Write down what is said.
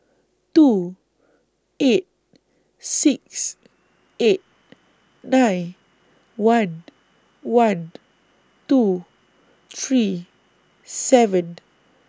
two eight six eight nine one one two three seven